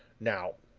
now,